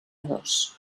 dos